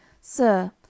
Sir